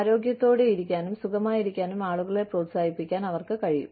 ആരോഗ്യത്തോടെയിരിക്കാനും സുഖമായിരിക്കാനും ആളുകളെ പ്രോത്സാഹിപ്പിക്കാൻ അവർക്ക് കഴിയും